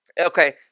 Okay